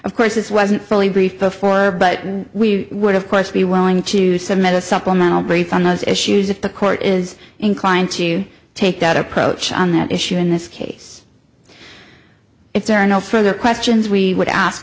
of course this wasn't fully briefed before but we would of course be willing to submit a supplemental brief on those issues if the court is inclined to take that approach on that issue in this case if there are no further questions we would ask